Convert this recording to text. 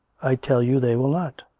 i tell you they will not.